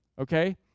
okay